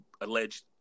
alleged